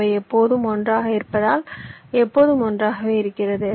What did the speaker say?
அவை எப்போதும் ஒன்றாக இருப்பதால் எப்போதும் ஒன்றாகவே இருக்கிறது